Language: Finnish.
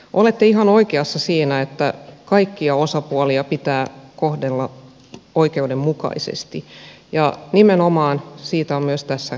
olette ihan oikeassa siinä että kaikkia osapuolia pitää kohdella oikeudenmukaisesti ja nimenomaan siitä on myös tässä kysymys